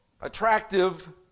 attractive